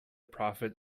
prophet